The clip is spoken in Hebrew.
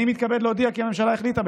אני מתכבד להודיע כי הממשלה החליטה,